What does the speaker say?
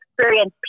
experience